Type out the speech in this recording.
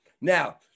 Now